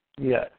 Yes